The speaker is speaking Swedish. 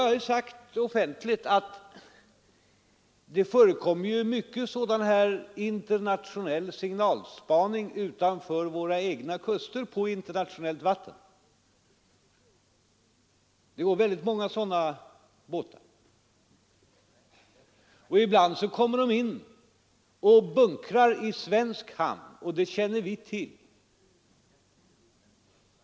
Jag har offentligt sagt att det förekommer mycket av sådan här internationell signalspaning på internationellt vatten utanför våra egna kuster. Det finns många båtar med sådan verksamhet. Ibland kommer de in i svensk hamn för att bunkra och det känner vi till.